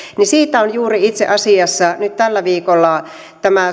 on juuri itse asiassa nyt tällä viikolla maanantaina tämä